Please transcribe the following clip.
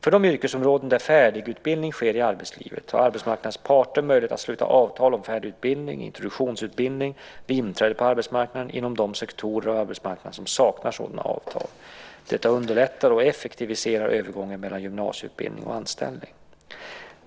För de yrkesområden där färdigutbildning sker i arbetslivet har arbetsmarknadens parter möjlighet att sluta avtal om färdigutbildning eller introduktionsutbildning vid inträde på arbetsmarknaden inom de sektorer av arbetsmarknaden som saknar sådana avtal. Detta underlättar och effektiviserar övergången mellan gymnasieutbildning och anställning.